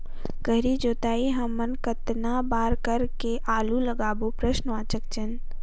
गहरी जोताई हमन कतना बार कर के आलू लगाबो?